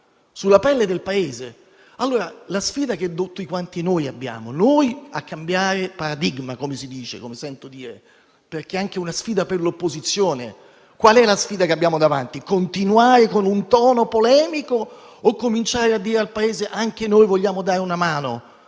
sulla pelle del Paese. Allora, la sfida che tutti quanti noi abbiamo di fronte è quella di cambiare paradigma, come sento dire, perché è anche una sfida per l'opposizione. Qual è la sfida che abbiamo davanti? Continuare con un tono polemico o cominciare a dire al Paese che anche noi vogliamo dare una mano